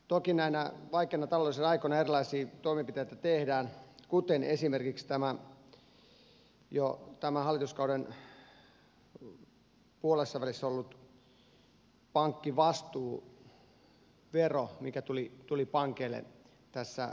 toki näinä vaikeina taloudellisina aikoina erilaisia toimenpiteitä tehdään kuten esimerkiksi tämä jo tämän hallituskauden puolessavälissä ollut pankkivastuuvero mikä tuli pankeille tässä puolitoista vuotta sitten